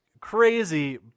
crazy